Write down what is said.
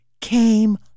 came